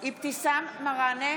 אבתיסאם מראענה,